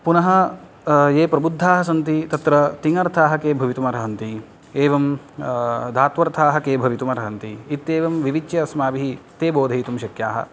पुनः ये प्रबुद्धाः सन्ति तत्र तिङ्गर्थाः के भवितुम् अर्हन्ति एवं धात्वर्थाः के भवितुम् अर्हन्ति एत्येवं विविच्य अस्माभिः ते बोधयितुं शक्याः